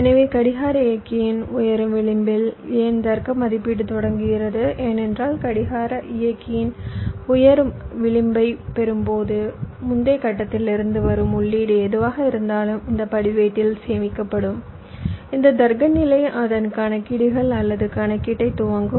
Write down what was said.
எனவே கடிகார இயக்கியின் உயரும் விளிம்பில் ஏன் தர்க்க மதிப்பீடு தொடங்குகிறது ஏனென்றால் கடிகார இயக்கியின் உயரும் விளிம்பைப் பெறும்போது முந்தைய கட்டத்திலிருந்து வரும் உள்ளீடு எதுவாக இருந்தாலும் இந்த பதிவேட்டில் சேமிக்கப்படும் இந்த தர்க்க நிலை அதன் கணக்கீடுகள் அல்லது கணக்கீடை துவங்கும்